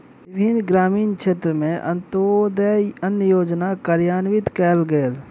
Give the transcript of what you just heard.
विभिन्न ग्रामीण क्षेत्र में अन्त्योदय अन्न योजना कार्यान्वित कयल गेल